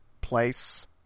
place